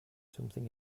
something